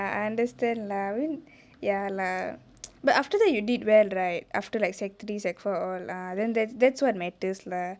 I understand lah ya lah but after that you did well right after like secondary three secondary four all lah then that that's what matters lah